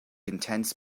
intense